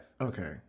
okay